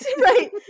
Right